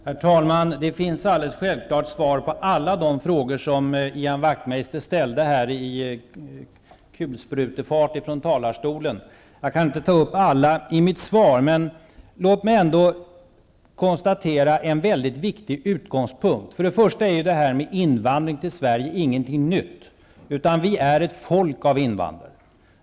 Herr talman! Det finns alldeles självklara svar på alla de frågor som Ian Wachtmeister ställde här i kulsprutefart från talarstolen. Jag kan inte besvara alla i mitt inlägg, men låt mig ändå poängtera en väldigt viktig utgångspunkt. Invandring till Sverige är ingenting nytt, utan vi är ett folk av invandrare.